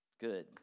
Good